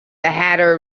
hatter